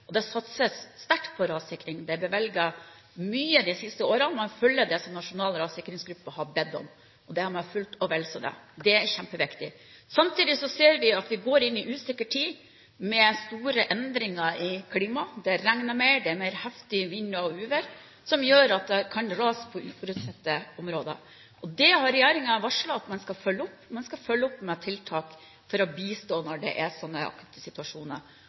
Det satses sterkt på rassikring. Det er bevilget mye de siste årene. Man følger det som Nasjonal rassikringsgruppe har bedt om. Det har vi fulgt opp – og vel så det. Det er kjempeviktig. Samtidig ser vi at vi går inn i en usikker tid, med store endringer i klima. Det regner mer, det er mer heftig vind og uvær, noe som gjør at det kan komme ras i uforutsette områder. Det har regjeringen varslet at man skal følge opp. Man skal følge opp med tiltak for å bistå når slike akutte situasjoner oppstår. Det